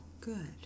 Good